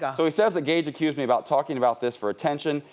yeah so he says, that gage accused me about talking about this for attention,